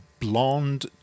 blonde